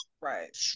Right